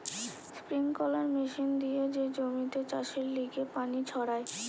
sprinkler machine দিয়ে যে জমিতে চাষের লিগে পানি ছড়ায়